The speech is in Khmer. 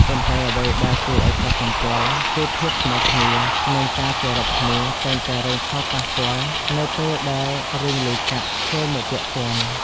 ប៉ុន្តែ អ្វីដែលគួរឲ្យកត់សម្គាល់គឺ ភាពស្មើគ្នា និងការគោរពគ្នាតែងតែរងផលប៉ះពាល់ នៅពេលដែលរឿងលុយកាក់ចូលមកពាក់ព័ន្ធ។